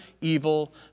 evil